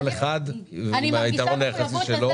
כל אחד עם היתרון היחסי שלו,